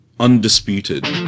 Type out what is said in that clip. undisputed